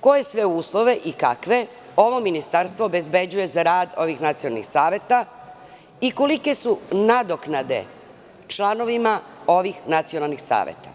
koje sve uslove i kakve ovo ministarstvo obezbeđuje za rad ovih nacionalnih saveta i kolike su nadoknade članovima ovih nacionalnih saveta?